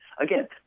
Again